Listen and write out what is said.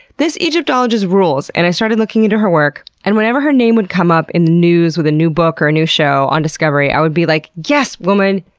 this egyptologist rules, and i started looking into her work, and whenever her name would come up in the news with a new book or new show on discovery i would be like, yes woman!